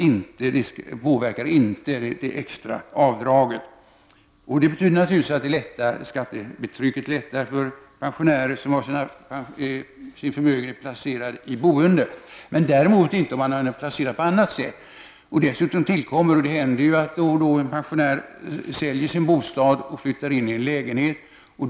inte påverkar det extra avdraget. Det betyder naturligtvis att skattetrycket lättar för pensionärer som har sin förmögenhet placerad i boende, men däremot inte om den är placerad på annat sätt. Då och då händer det att en pensionär säljer sin bostad och flyttar in i en lägenhet.